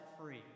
free